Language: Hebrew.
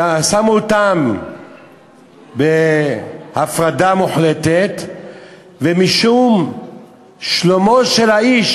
ששמו אותם בהפרדה מוחלטת ומשום שלומו של האיש.